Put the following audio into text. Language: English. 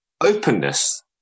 Openness